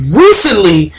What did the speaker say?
recently